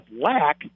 lack